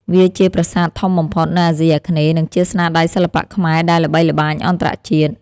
វាជាប្រាសាទធំបំផុតនៅអាស៊ីអាគ្នេយ៍ និងជាស្នាដៃសិល្បៈខ្មែរដែលល្បីល្បាញអន្តរជាតិ។